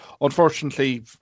unfortunately